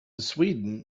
sweden